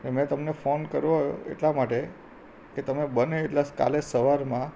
ને મેં તમને ફોન કર્યો એટલા માટે કે તમે બને એટલા કાલે સવારમાં